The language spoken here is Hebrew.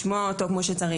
לשמוע אותו כמו שצריך.